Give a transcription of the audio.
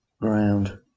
ground